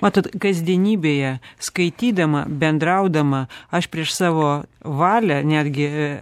matot kasdienybėje skaitydama bendraudama aš prieš savo valią netgi